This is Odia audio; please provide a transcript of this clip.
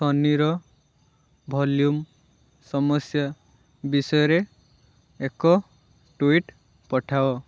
ସୋନିର ଭଲ୍ୟୁମ୍ ସମସ୍ୟା ବିଷୟରେ ଏକ ଟୁଇଟ୍ ପଠାଅ